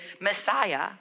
Messiah